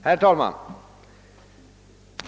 Herr talman!